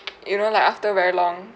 you know like after very long